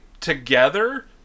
together